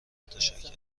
متشکرم